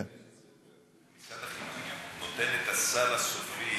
משרד החינוך נותן את הסל הסופי